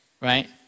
Right